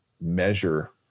measure